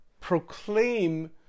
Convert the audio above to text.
proclaim